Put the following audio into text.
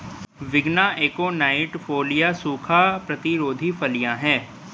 विग्ना aconitifolia सूखा प्रतिरोधी फलियां हैं